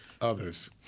others